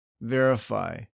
verify